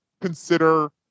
consider